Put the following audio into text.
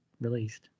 released